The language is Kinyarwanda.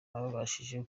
ababashije